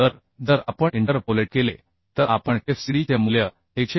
तर जर आपण इंटरपोलेट केले तर आपण fcd चे मूल्य 145